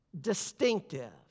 distinctive